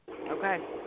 Okay